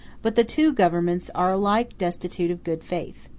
but the two governments are alike destitute of good faith.